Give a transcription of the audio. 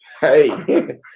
Hey